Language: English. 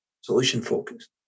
Solution-focused